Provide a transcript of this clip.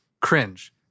cringe